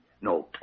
No